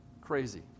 Crazy